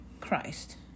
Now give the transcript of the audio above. christ